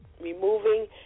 removing